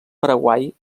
paraguai